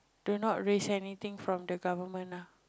do not risk anything from the government ah